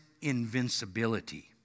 invincibility